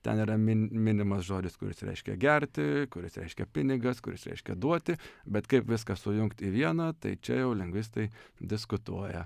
ten yra min minimas žodis kuris reiškia gerti kuris reiškia pinigas kuris reiškia duoti bet kaip viską sujungt į vieną tai čia jau lingvistai diskutuoja